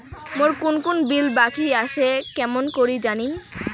মোর কুন কুন বিল বাকি আসে কেমন করি জানিম?